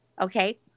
Okay